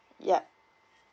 ya